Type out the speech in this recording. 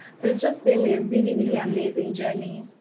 so it's just been a really, really amazing journey.